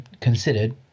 considered